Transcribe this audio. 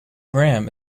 graham